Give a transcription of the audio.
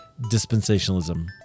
dispensationalism